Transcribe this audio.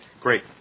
great